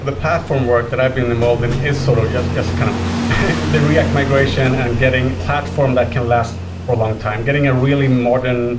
the path from work that i've been involved in is sort yeah kind of the react migration and getting platform that can last for a long time. getting a really modern